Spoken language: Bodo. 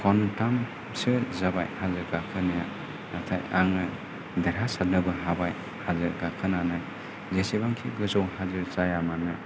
खनथामसो जाबाय हाजो गाखोनाया नाथाय आङो देरहासारनोबो हाबाय हाजो गाखोनानै जेसेबांखि गोजौ हाजो जायामानो